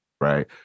right